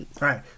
Right